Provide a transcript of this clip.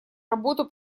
работу